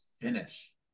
finish